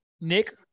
Nick